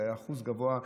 זה היה אחוז גבוה.